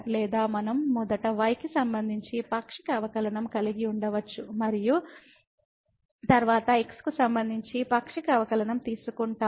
లేదా మనం మొదట y కి సంబంధించి పాక్షిక అవకలనం కలిగి ఉండవచ్చు మరియు తరువాత x కు సంబంధించి పాక్షిక అవకలనం తీసుకుంటాము